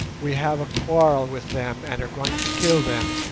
we have a quarrel with them, and are going to kill them